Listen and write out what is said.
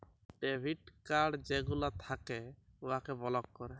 debit card যেগলা থ্যাকে উয়াকে বলক ক্যরে